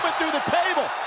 through the table.